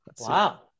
Wow